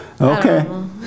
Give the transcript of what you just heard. Okay